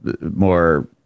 more